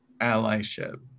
allyship